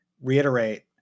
reiterate